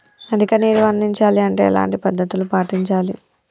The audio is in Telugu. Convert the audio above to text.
అధిక నీరు అందించాలి అంటే ఎలాంటి పద్ధతులు పాటించాలి?